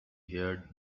heard